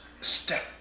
step